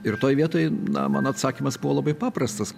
ir toj vietoj na mano atsakymas buvo labai paprastas